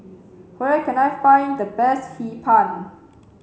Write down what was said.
where can I find the best hee pan